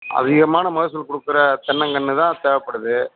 அதிகமான மகசூல் கொடுக்குற தென்னங்கன்று தான் தேவைப்படுது